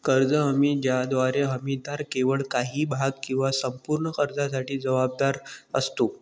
कर्ज हमी ज्याद्वारे हमीदार केवळ काही भाग किंवा संपूर्ण कर्जासाठी जबाबदार असतो